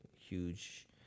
huge